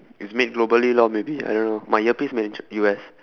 it's made globally lor maybe I don't know my earpiece made in jap~ U_S